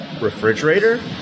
refrigerator